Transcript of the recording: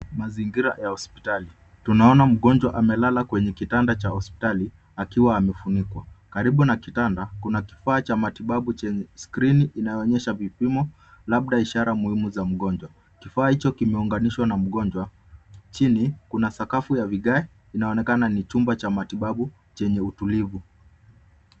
Maingira ya hospitali. Tunaona mgonjwa amelala kwenye kitanda cha hospitali akiwa amefunikwa. Karibu na kitanda, kuna kifaa cha kimatibabu chenye skrini inayoonyesha vipimo, labda ishara muhimu za mgonjwa. Kifaa hicho kimeunganishwa na mgonjwa. Chini kuna sakafu ya vigae inaonekana ni chumba cha matibabu chenye utulivu.